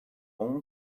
own